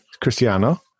Cristiano